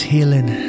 Healing